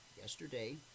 Yesterday